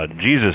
Jesus